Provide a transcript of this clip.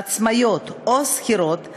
עצמאיות ושכירות,